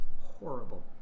horrible